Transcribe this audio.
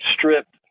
stripped